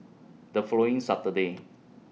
The following Saturday